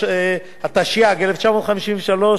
התשי"ג 1953,